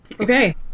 Okay